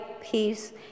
peace